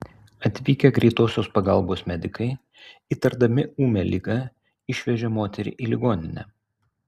atvykę greitosios pagalbos medikai įtardami ūmią ligą išvežė moterį į ligoninę